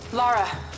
Laura